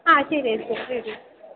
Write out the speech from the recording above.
ആ ശരി ചേച്ചി ശരി